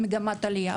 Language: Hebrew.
מגמת עלייה.